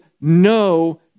no